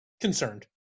concerned